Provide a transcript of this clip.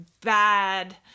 bad